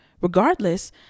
Regardless